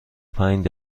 پنج